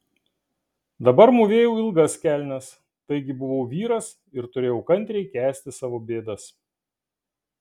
dabar mūvėjau ilgas kelnes taigi buvau vyras ir turėjau kantriai kęsti savo bėdas